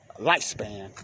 lifespan